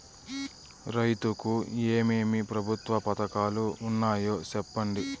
రైతుకు ఏమేమి ప్రభుత్వ పథకాలు ఉన్నాయో సెప్పండి?